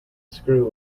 screw